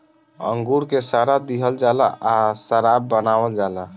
अंगूर के सड़ा दिहल जाला आ शराब बनावल जाला